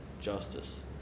justice